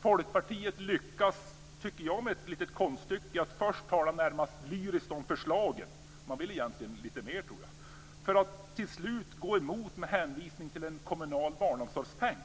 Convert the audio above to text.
Folkpartiet lyckas, tycker jag, med ett litet konststycke när man först talar närmast lyriskt om förslagen - jag tror att man egentligen vill lite mer - men till slut går emot dem med hänvisning till en kommunal barnomsorgspeng.